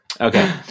Okay